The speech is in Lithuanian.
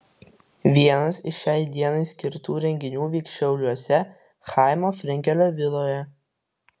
vienas iš šiai dienai skirtų renginių vyks šiauliuose chaimo frenkelio viloje